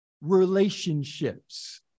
relationships